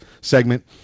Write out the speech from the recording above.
segment